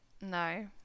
No